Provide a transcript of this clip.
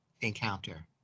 encounter